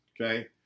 okay